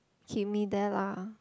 keep me there lah